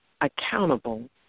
Accountable